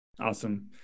Awesome